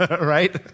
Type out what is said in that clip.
Right